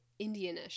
Indianish